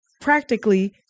practically